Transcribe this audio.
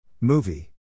Movie